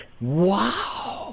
Wow